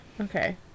Okay